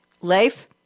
Leif